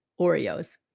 Oreos